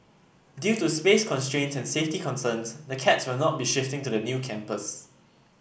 due to space constraints and safety concerns the cats will not be shifting to the new campus